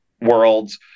worlds